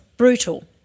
brutal